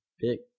Pick